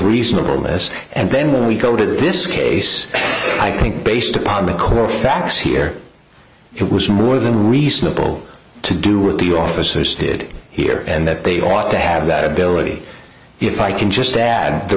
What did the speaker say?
reasonable this and then we go to this case i think based upon the core facts here it was more than reasonable to do with the officers did here and that they ought to have that ability if i can just add the